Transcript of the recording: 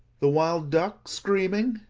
the wild duck screaming?